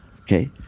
okay